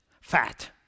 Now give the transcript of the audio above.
fat